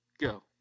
go